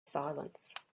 silence